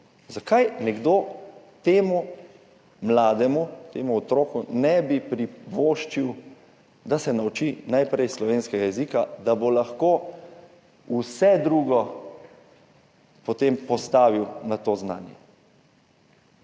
zakaj nekdo temu mlademu, temu otroku ne bi privoščil, da se nauči najprej slovenskega jezika, da bo lahko vse drugo potem postavil na to znanje.